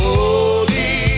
Holy